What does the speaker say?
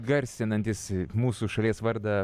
garsinantys mūsų šalies vardą